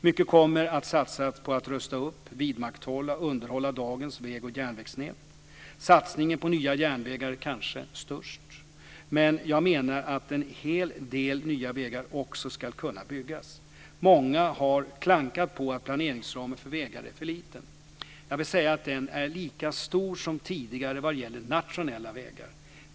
Mycket kommer att satsas på att rusta upp, vidmakthålla och underhålla dagens väg och järnvägsnät. Satsningen på nya järnvägar är kanske störst. Men jag menar att en hel del nya vägar också ska kunna byggas. Många har klankat på att planeringsramen för vägar är för liten. Jag vill säga att den är lika stor som tidigare vad gäller nationella vägar.